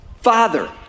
father